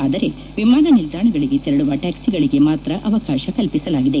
ಆದರೆ ವಿಮಾನ ನಿಲ್ದಾಣಗಳಿಗೆ ತೆರಳುವ ಟ್ಯಾಕ್ಲಿಗಳಿಗೆ ಮಾತ್ರ ಅವಕಾಶ ಕಲ್ಪಿಸಲಾಗಿದೆ